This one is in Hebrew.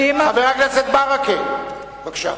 בבקשה.